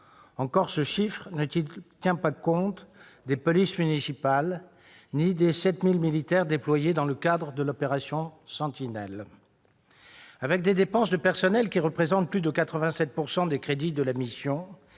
Encore ce chiffre ne tient-il pas compte des polices municipales, ni des 7 000 militaires déployés dans le cadre de l'opération « Sentinelle ». Avec des dépenses de personnel qui représentent plus de 87 % des crédits de la mission,